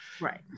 right